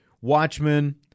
Watchmen